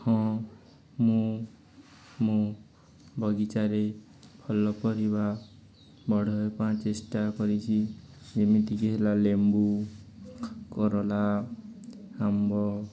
ହଁ ମୁଁ ମୁଁ ବଗିଚାରେ ଭଲ ପରିବା ବଢ଼ାଇବା ପାଇଁ ଚେଷ୍ଟା କରିଛି ଯେମିତିକି ହେଲା ଲେମ୍ବୁ କରଲା ଆମ୍ବ